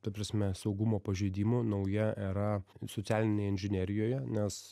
ta prasme saugumo pažeidimų nauja era socialinėj inžinerijoje nes